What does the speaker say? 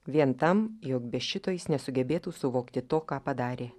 vien tam jog be šito jis nesugebėtų suvokti to ką padarė